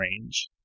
range